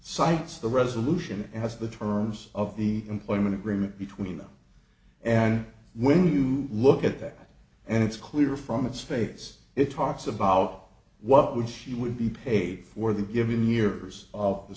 cites the resolution as the terms of the employment agreement between them and when you look at that and it's clear from its face it talks about what would she would be paid for the given years of the